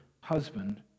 husband